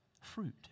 fruit